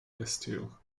castile